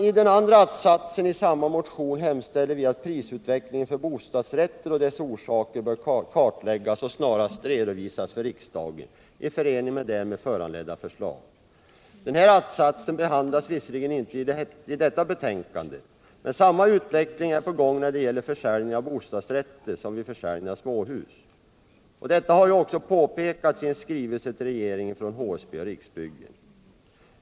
I den andra att-satsen i samma motion hemställer vi att prisutvecklingen för bostadsrätter och dess orsaker bör kartläggas och snarast redovisas för riksdagen i förening med därmed föranledda förslag. Denna attsats behandlas visserligen inte i detta betänkande, men samma utveckling är på gång när det gäller försäljning av bostadsrätter som vid försäljning av småhus. Detta har ju också påpekats i en skrivelse till regeringen från både HSB och Riksbyggen.